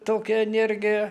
tokia energija